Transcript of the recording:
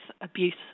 abuse